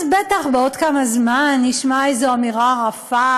אז בטח בעוד כמה זמן נשמע אמירה רפה,